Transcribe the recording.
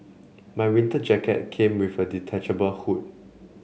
my winter jacket came with a detachable hood